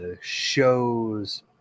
shows